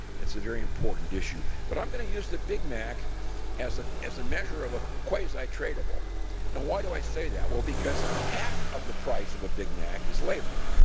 it's a very important issue, but i'm going to use the big mac as a as a measure of a quasi-tradable. now, why do i say that? well, because half of the price of a big mac is labor